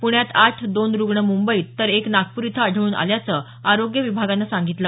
पुण्यात आठ दोन रुग्ण मुंबईत तर एक नागपूर इथं आढळून आल्याचं आरोग्य विभागानं सांगितलं